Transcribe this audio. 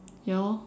ya lor